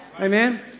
Amen